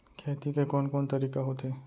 खेती के कोन कोन तरीका होथे?